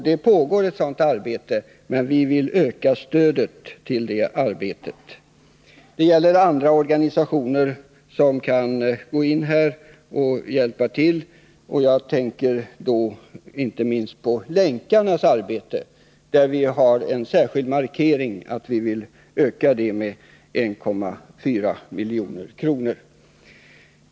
Det pågår ett sådant här arbete, men vi vill öka stödet till det arbetet. Även andra organisationer kan gå in och hjälpa till — jag tänker då inte minst på Länkarnas arbete. Vi har gjort en särskild markering att vi vill öka stödet till dem med 1,4 milj.kr.